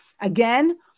again